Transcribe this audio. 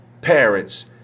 parents